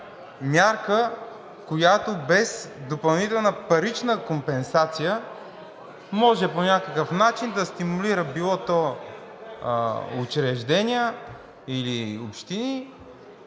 мярка, която без допълнителна парична компенсация може по някакъв начин да стимулира било то учреждения или общини